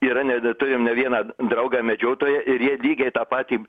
yra ne de turim ne vieną draugą medžiotoją ir jie lygiai tą patį